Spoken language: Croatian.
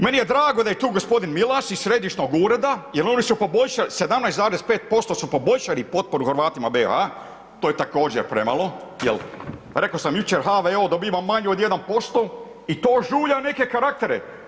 Meni je drago da je tu gospodin Milas iz središnjog ureda jer oni su poboljšali 17,5% su poboljšali potporu Hrvatima BiH, to je također premalo, jer reko sam jučer HVO dobiva manje od 1% i to žulja neke karaktere.